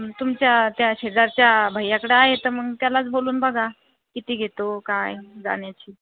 तुमच्या त्या शेजारच्या भैय्याकडं आहे तर मग त्यालाच बोलून बघा किती घेतो काय जाण्याचे